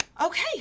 okay